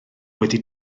wedi